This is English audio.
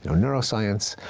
neuroscience?